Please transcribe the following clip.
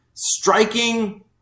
Striking